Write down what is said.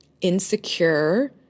insecure